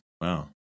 Wow